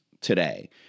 today